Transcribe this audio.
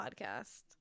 podcast